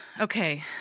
Okay